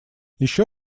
еще